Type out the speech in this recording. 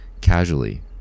Casually